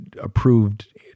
approved